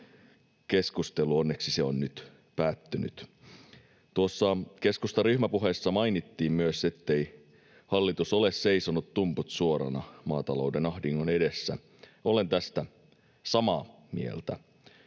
keskustelu, onneksi se on nyt päättynyt. Tuossa keskustan ryhmäpuheessa mainittiin myös, ettei hallitus ole seisonut tumput suorana maatalouden ahdingon edessä. Olen tästä samaa mieltä: